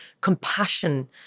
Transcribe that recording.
compassion